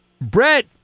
Brett